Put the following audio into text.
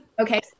Okay